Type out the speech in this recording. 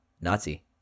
Nazi